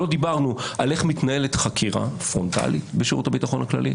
לא דיברנו על איך מתנהלת חקירה פרונטלית בשירות הביטחון הכללי.